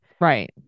Right